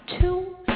two